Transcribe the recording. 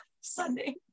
Sunday